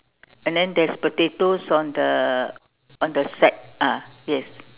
and then there's potatoes on the on the sack ah yes